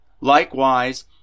Likewise